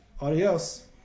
Adios